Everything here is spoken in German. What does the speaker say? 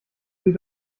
sie